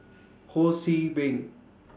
Ho See Beng